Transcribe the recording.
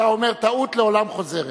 אתה אומר: טעות לעולם חוזרת.